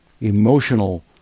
emotional